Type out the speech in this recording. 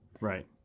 Right